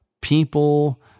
people